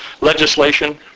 legislation